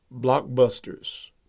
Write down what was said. Blockbusters